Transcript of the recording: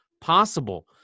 possible